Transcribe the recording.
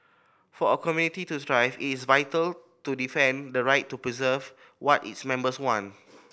for a community to thrive it is vital to defend the right to preserve what its members want